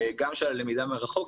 גם של הלמידה מרחוק.